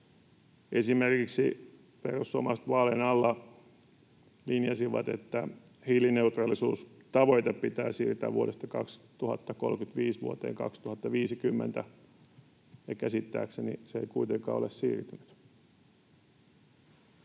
sellainen. Perussuomalaiset vaalien alla esimerkiksi linjasivat, että hiilineutraalisuustavoite pitää siirtää vuodesta 2035 vuoteen 2050. Käsittääkseni se ei kuitenkaan ole siirtynyt.